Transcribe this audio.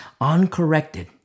uncorrected